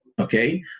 Okay